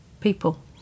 people